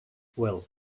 well